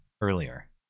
earlier